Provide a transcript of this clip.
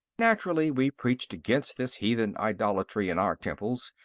naturally, we preached against this heathen idolatry in our temples,